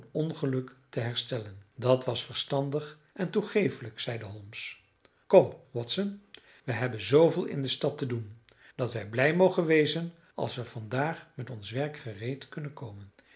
ongeluk te herstellen dat was verstandig en toegeeflijk zeide holmes kom watson wij hebben zooveel in de stad te doen dat we blij mogen wezen als we vandaag met ons werk gereed kunnen komen